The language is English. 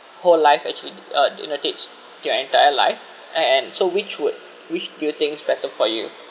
whole life actually uh annotates your entire life and and so which would which do you thinks better for you